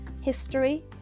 history